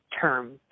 term